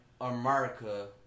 America